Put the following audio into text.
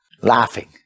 laughing